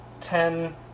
ten